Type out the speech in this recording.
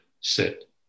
sit